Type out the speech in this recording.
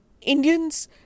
Indians